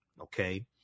Okay